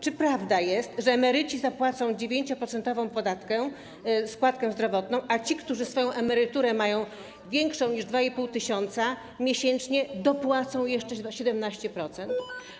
Czy prawdą jest, że emeryci zapłacą 9-procentową składkę zdrowotną, a ci, którzy swoją emeryturę mają większą niż 2,5 tys. zł miesięcznie, dopłacą jeszcze 17%?